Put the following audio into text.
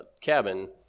cabin